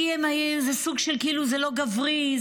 כי זה כאילו לא גברי.